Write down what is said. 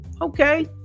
Okay